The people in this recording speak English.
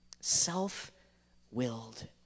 Self-willed